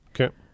Okay